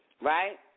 Right